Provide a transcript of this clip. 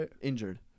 injured